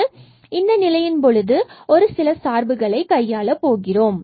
மற்றும் இந்த நிலையின் பொழுது ஒரு சில சார்புகளை கையாள போகிறோம்